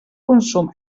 consum